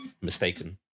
mistaken